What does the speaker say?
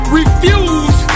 refuse